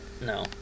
no